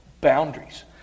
Boundaries